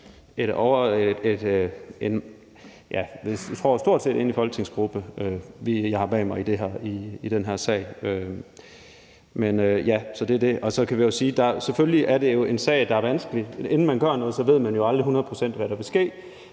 jeg, stort set enig folketingsgruppe, jeg har bag mig i den her sag – så ja, det er det. Så kan man sige, at selvfølgelig er det jo en sag, der er vanskelig. Inden man gør noget, ved man jo aldrig hundrede procent, hvad der vil ske.